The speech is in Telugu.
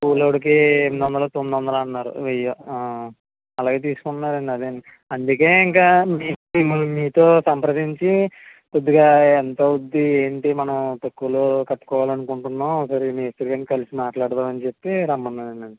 కూలోడికి ఎనిమిది వందలు తొమ్మిదొందలు అన్నారు వెయ్య అలాగే తీసుకుంటున్నారు అండి అదే అండి అందుకే ఇంకా మీతో సంప్రదించి కొద్దిగా ఎంత అవ్వుద్ది ఏంటి మనం తక్కువలో కట్టుకోవాలి అనుకుంటున్నాం ఒకసారి మేస్త్రీ గారిని కలిసి మాట్లాడదాం అని చెప్పి రమ్మన్నానండి